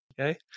Okay